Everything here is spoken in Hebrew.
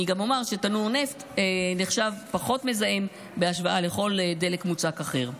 אני גם אומר שתנור נפט נחשב פחות מזהם בהשוואה לכל דלק מוצק אחר.